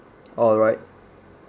alright